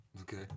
Okay